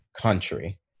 country